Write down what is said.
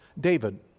David